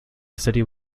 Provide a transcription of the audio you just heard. city